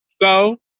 Go